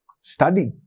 Study